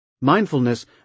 Mindfulness